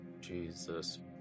Jesus